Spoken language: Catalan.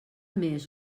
més